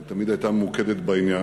היא תמיד הייתה ממוקדת בעניין,